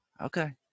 Okay